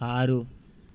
ఆరు